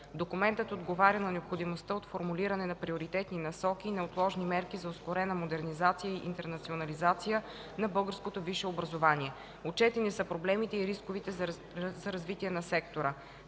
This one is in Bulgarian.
Документът отговаря на необходимостта от формулиране на приоритетни насоки и неотложни мерки за ускорена модернизация и интернационализация на българското висше образование. Отчетени са проблемите и рисковете за развитие на сектора.